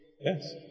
Yes